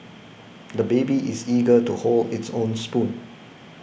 the baby is eager to hold its own spoon